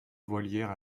volière